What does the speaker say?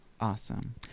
Awesome